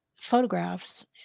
photographs